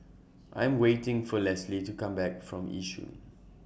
I Am waiting For Lesley to Come Back from Yishun